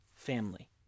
family